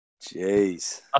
Jeez